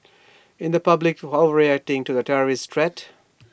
in the public overreacting to the terrorist threat